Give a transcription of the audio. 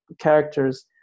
characters